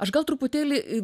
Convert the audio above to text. aš gal truputėlį